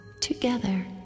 Together